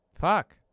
Fuck